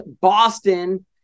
Boston